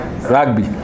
Rugby